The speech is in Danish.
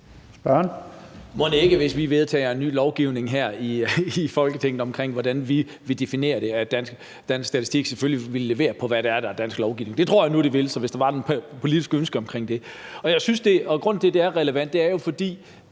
(UFG): Mon ikke? Hvis vi vedtager en ny lovgivning her i Folketinget omkring, hvordan vi definerer det, vil Danmarks Statistik selvfølgelig levere på dansk lovgivning. Det tror jeg nu de vil, hvis der var et politisk ønske omkring det. Grunden til, at det er relevant, er jo,